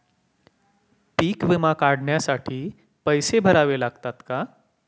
पीक विमा काढण्यासाठी पैसे भरावे लागतात का?